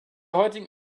heutigen